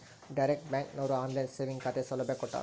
direct bank ಅವ್ರು online saving ಖಾತೆ ಸೌಲಭ್ಯ ಕೊಟ್ಟಾರ